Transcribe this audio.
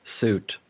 suit